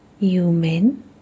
human